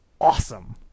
awesome